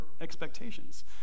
expectations